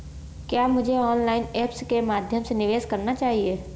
क्या मुझे online apps के माध्यम से निवेश करना चाहिए?